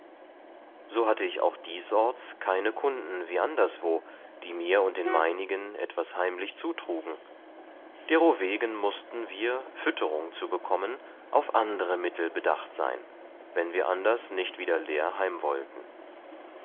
so hatte ich auch diesorts keine kunden wie anderswo die mir und den meinigen etwas heimlich zutrugen derowegen mußten wir fütterung zu bekommen auf andere mittel bedacht sein wann wir anders nicht wieder lär